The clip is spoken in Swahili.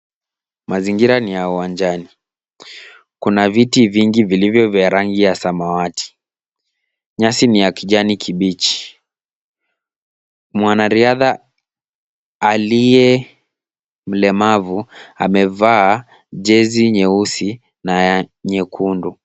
Mazingira ni ya uwanjani. Kuna viti vingi vilivyo vya rangi ya samawati. Nyasi ni ya kijani kibichi. Mwanariadha aliye mlemavu amevaa jezi nyeusi na nyekundu.